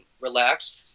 relaxed